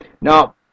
Now